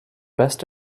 best